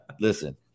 Listen